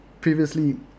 previously